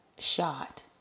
Shot